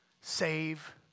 save